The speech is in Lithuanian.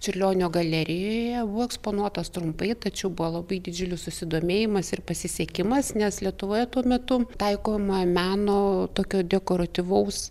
čiurlionio galerijoje buvo eksponuotas trumpai tačiau buvo labai didžiulis susidomėjimas ir pasisekimas nes lietuvoje tuo metu taikomojo meno tokio dekoratyvaus